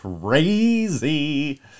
crazy